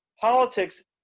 Politics